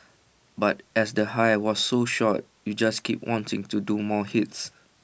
but as the high was so short you just keep wanting to do more hits